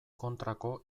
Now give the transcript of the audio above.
kontrako